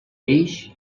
peix